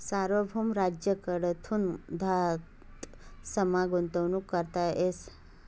सार्वभौम राज्य कडथून धातसमा गुंतवणूक करता येस